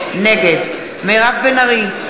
נגד מירב בן ארי,